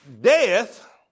death